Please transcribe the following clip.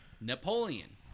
Napoleon